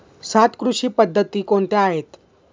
सात कृषी पद्धती कोणत्या आहेत?